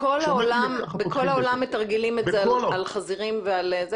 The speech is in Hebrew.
בכל העולם מתרגלים על זה על חזירים ועל זה?